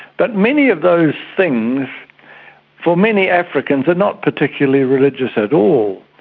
but many of those things for many africans are not particularly religious at all,